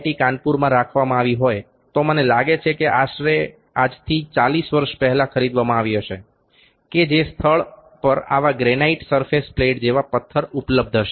T કાનપુરમાં રાખવામાં આવી હોય તો મને લાગે છે કે આજથી આશરે 40 વર્ષ પહેલાં ખરીદવામાં આવી હશે કે જે સ્થળ પર આવા ગ્રેનાઇટ સરફેસ પ્લેટ જેવા પથ્થર ઉપલબ્ધ હશે